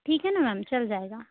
ठीक है ना मेम चल जाएगा